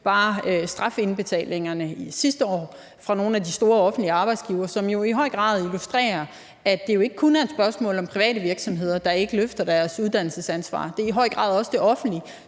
til strafindbetalingerne sidste år fra nogle af de store offentlige arbejdsgivere, som jo i høj grad illustrerer, at det ikke kun er et spørgsmål om, at private arbejdsgivere og virksomheder ikke løfter deres uddannelsesansvar. Det gælder i høj grad også de offentlige